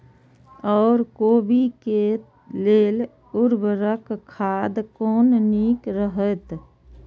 ओर कोबी के लेल उर्वरक खाद कोन नीक रहैत?